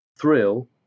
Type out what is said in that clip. thrill